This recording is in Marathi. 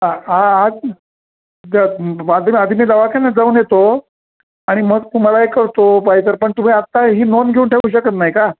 ह आ आज ज आधी आधी मी दवाखान्यात जाऊन येतो आणि मग तुम्हाला हे करतो पाहिजे तर पण तुम्ही आता ही नोंद घेऊन ठेवू शकत नाही का